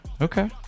Okay